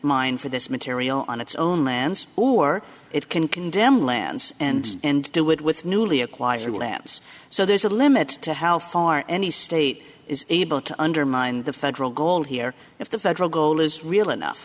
mine for this material on its own lands or it can condemn lance and and do it with newly acquired labs so there's a limit to how far any state is able to undermine the federal goal here if the federal goal is real